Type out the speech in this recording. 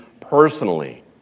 personally